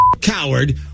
coward